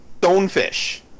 stonefish